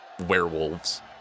werewolves